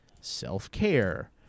self-care